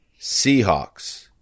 Seahawks